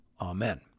Amen